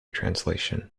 translation